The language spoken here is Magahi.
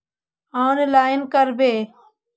औनलाईन करवे?